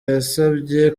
yasabye